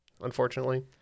Unfortunately